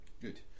Good